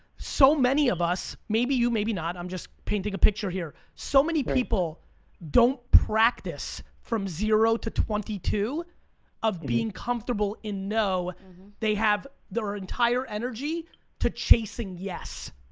so many of us, maybe you, maybe not, i'm just painting a picture here. so many people don't practice from zero to twenty two of being comfortable and know they have their entire energy to chasing yes.